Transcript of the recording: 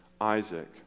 Isaac